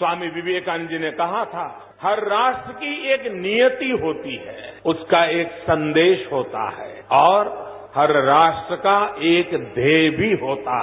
स्वामी विवेकानंद जी ने कहा था हर राष्ट्र की एक नियती होती है उसका एक संदेश होता है और हर राष्ट्र का एक ध्येय भी होता है